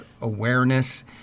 awareness